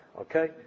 Okay